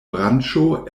branĉo